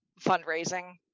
fundraising